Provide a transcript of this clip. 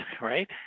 right